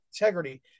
integrity